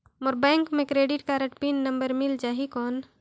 मोर bank मे credit card pin number मिल जाहि कौन?